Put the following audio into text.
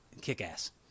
kick-ass